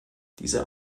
diese